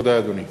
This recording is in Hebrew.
תודה, אדוני.